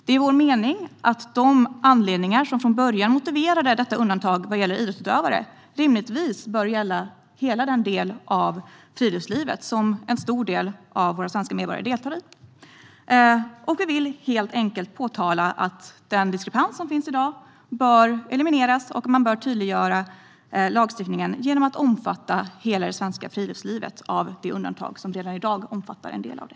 Det är vår mening att de anledningar som från början motiverade detta undantag vad gäller idrottsutövare rimligtvis bör gälla hela den del av friluftslivet som en stor del av våra svenska medborgare deltar i. Vi vill helt enkelt påpeka att den diskrepans som finns i dag bör elimineras. Man bör tydliggöra lagstiftningen genom att se till att hela det svenska friluftslivet omfattas av det undantag som redan i dag omfattar en del av det.